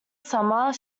summer